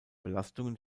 belastungen